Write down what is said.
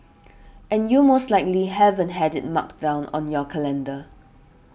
and you most likely haven't had it marked down on your calendar